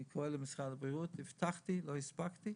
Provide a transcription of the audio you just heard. למשרד הבריאות הבטחתי ולא הספקתי